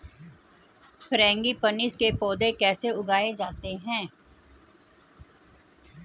Frangipanis के पौधे कैसे उगाए जाते हैं?